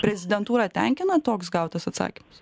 prezidentūrą tenkina toks gautas atsakymas